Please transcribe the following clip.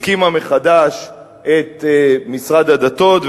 הקימה מחדש את משרד הדתות,